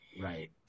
Right